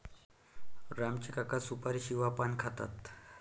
राम चे काका सुपारीशिवाय पान खातात